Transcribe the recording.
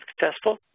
successful